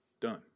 done